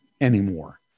anymore